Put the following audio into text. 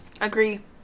Agree